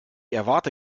erwarte